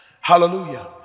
Hallelujah